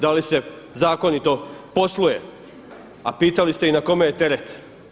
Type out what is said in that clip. Da li se zakonito posluje, a pitali ste i na kome je teret?